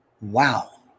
Wow